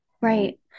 right